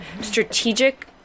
Strategic